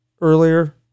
earlier